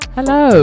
Hello